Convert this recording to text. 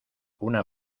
una